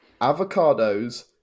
avocados